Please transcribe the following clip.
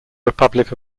republic